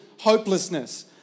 hopelessness